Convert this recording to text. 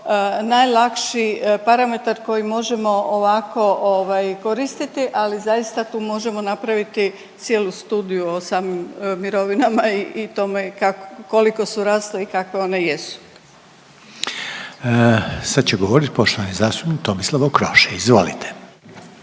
najlakši parametar koji možemo ovako ovaj koristiti, ali zaista tu možemo napraviti cijelu studiju o samim mirovinama i, i tome koliko su rasle i kakve one jesu. **Reiner, Željko (HDZ)** Sad će govorit poštovani zastupnik Tomislav Okroša.